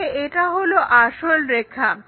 তাহলে এটা হলো আসল রেখা